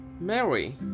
Mary